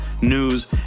news